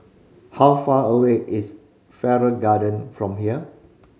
how far away is Farrer Garden from here